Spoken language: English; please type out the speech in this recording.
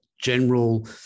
general